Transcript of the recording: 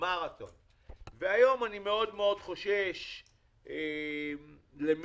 היום אני מאוד מאוד חושש למלחמות,